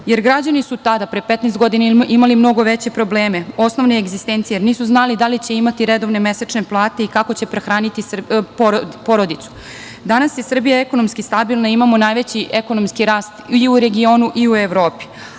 Građani su tada, pre 15 godina, imali mnogo veće probleme osnovne egzistencije, jer nisu znali da li će imati redovne mesečne plate i kako će prehraniti porodicu. Danas je Srbija ekonomski stabilna, imamo najveći ekonomski rast i u regionu i u Evropi.